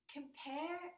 Compare